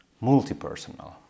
multi-personal